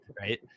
Right